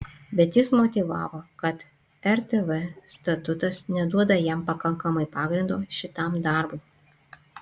bet jis motyvavo kad rtv statutas neduoda jam pakankamai pagrindo šitam darbui